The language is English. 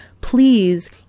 please